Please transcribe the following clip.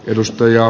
edustaja